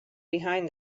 behind